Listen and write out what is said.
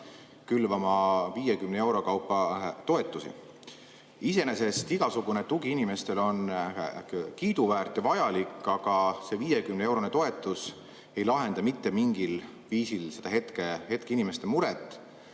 külvama 50 euro kaupa toetusi. Iseenesest on igasugune tugi inimestele kiiduväärt ja vajalik, aga see 50‑eurone toetus ei lahenda mitte mingil viisil seda inimeste hetkemuret.